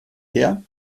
her